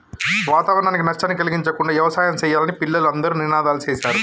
వాతావరణానికి నష్టాన్ని కలిగించకుండా యవసాయం సెయ్యాలని పిల్లలు అందరూ నినాదాలు సేశారు